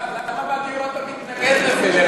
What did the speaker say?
למה אתה מתנגד לזה,